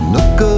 Look